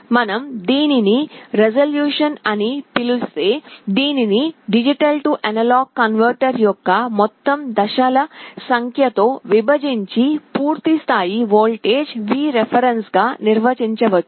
మనం దీనిని రిజల్యూషన్ అని పిలిస్తే దీనిని D A కన్వర్టర్ యొక్క మొత్తం దశల సంఖ్య తో విభజించి పూర్తి స్థాయి వోల్టేజ్ Vref గా నిర్వచించవచ్చు